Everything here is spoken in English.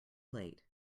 late